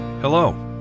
Hello